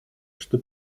что